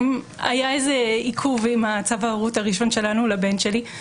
היה איזה עיכוב עם צו ההורות הראשון שלנו לבן שלי,